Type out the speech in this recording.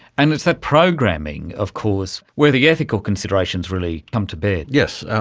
and it's that programming of course where the ethical considerations really come to bear. yes,